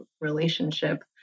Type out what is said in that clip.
relationship